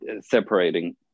separating